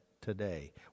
today